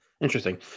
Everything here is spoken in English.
interesting